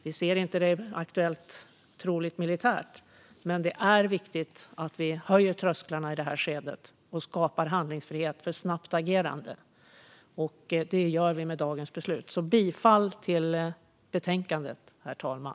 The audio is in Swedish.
Vi ser inte att det är aktuellt eller troligt militärt, men det är viktigt att i detta skede höja trösklarna och skapa handlingsfrihet för ett snabbt agerande. Det gör vi med dagens beslut. Jag yrkar bifall till förslaget i betänkandet, herr talman.